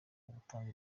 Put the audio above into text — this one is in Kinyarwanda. gutanga